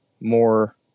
more